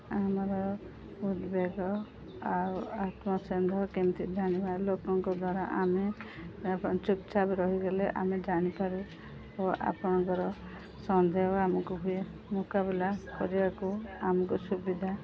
ଆମର ଉଦ୍ବେଗ ଆଉ ଆତ୍ମସନ୍ଦେହ କେମିତି ଜାଣିବା ଲୋକଙ୍କ ଦ୍ଵାରା ଆମେ ଚୁପ୍ଚାପ୍ ରହିଗଲେ ଆମେ ଜାଣିପାରୁ ଓ ଆପଣଙ୍କର ସନ୍ଦେହ ଆମକୁ ହୁଏ ମୁକାବୁଲା କରିବାକୁ ଆମକୁ ସୁବିଧା